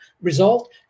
result